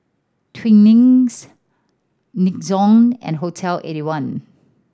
Twinings Nixon and Hotel Eighty one